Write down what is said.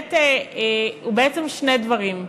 בעצם שני דברים: